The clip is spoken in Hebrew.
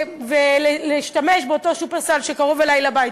למימוש באותו "שופרסל" שקרוב אלי לבית,